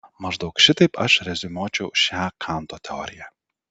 maždaug šitaip aš reziumuočiau šią kanto teoriją